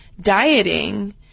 dieting